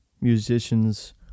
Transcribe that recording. Musician's